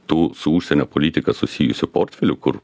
tų su užsienio politika susijusių portfelių kur